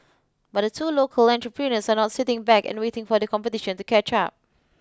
but the two local entrepreneurs are not sitting back and waiting for the competition to catch up